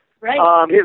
Right